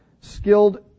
Skilled